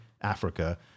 Africa